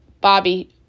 Bobby